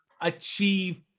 achieve